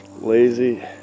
lazy